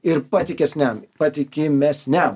ir patikesniam patikimesniam